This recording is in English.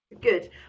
Good